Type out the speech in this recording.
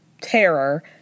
Terror